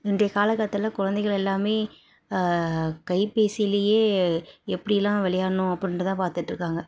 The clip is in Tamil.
இன்றைய காலகட்டத்தில் குழந்தைகள் எல்லாம் கைபேசிலேயே எப்படிலாம் விளையாடணும் அப்படினு தான் பார்த்துட்டு இருக்காங்க